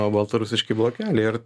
o baltarusiški blokeliai ir